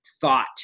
thought